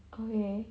okay